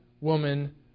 woman